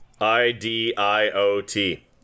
I-D-I-O-T